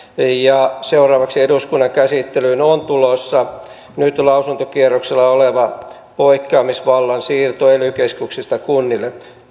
seuraavaksi eduskunnan käsittelyyn on tulossa nyt lausuntokierroksella oleva poikkeamisvallan siirto ely keskuksista kunnille